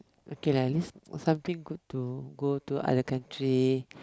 okay lah at least something good to go to other country